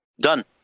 Done